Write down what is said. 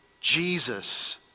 Jesus